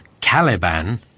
Caliban